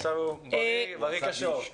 נכון, ועכשיו הוא בריא, בריא כשור.